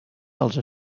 dels